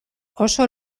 oso